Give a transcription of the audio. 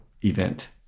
event